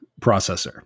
processor